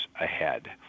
ahead